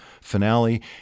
finale